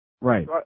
right